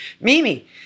Mimi